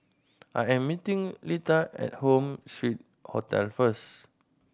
I am meeting Litha at Home Suite Hotel first